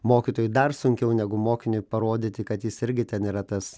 mokytojui dar sunkiau negu mokiniui parodyti kad jis irgi ten yra tas